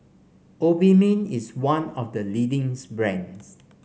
Obimin is one of the leading's brands